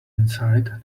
inside